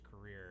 career